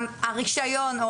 הרישיון,